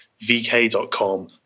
VK.com